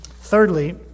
Thirdly